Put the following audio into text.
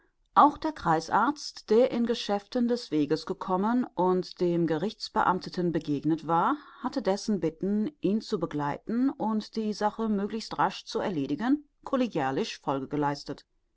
auch der kreisarzt der in geschäften des weges gekommen und dem gerichtsbeamteten begegnet war hatte dessen bitten ihn zu begleiten und die sache möglichst rasch zu erledigen collegialisch folge geleistet